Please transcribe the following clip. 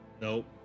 nope